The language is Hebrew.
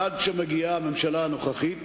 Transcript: עד שמגיעה הממשלה הנוכחית